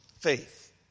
faith